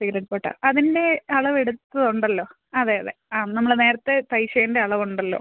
cigarette bottom അതിന്റെ അളവെടുത്തിട്ടുണ്ടല്ലോ അതെ അതെ ആ നമ്മൾ നേരത്തേ തയ്ച്ചതിന്റ അളവുണ്ടല്ലോ